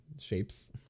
Shapes